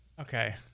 okay